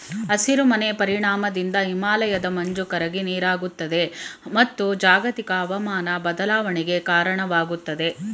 ಹಸಿರು ಮನೆ ಪರಿಣಾಮದಿಂದ ಹಿಮಾಲಯದ ಮಂಜು ಕರಗಿ ನೀರಾಗುತ್ತದೆ, ಮತ್ತು ಜಾಗತಿಕ ಅವಮಾನ ಬದಲಾವಣೆಗೆ ಕಾರಣವಾಗುತ್ತದೆ